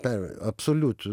per absoliut